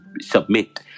submit